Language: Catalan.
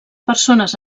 persones